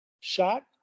shot